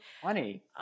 funny